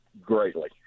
greatly